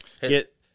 Get